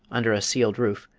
under a ceiled roof,